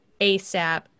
ASAP